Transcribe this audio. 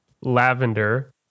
lavender